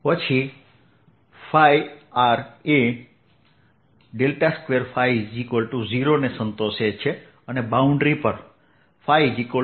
અને function φrV1 V2 પછી φr એ ∇2φ 0 ને સંતોષે છે અને બાઉન્ડ્રી પર φ 0 છે